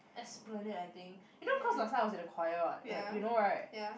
Esplanade I think you know cause last time I was in a choir what right you know right